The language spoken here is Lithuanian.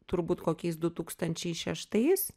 turbūt kokiais du tūkstančiai šeštais